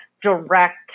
direct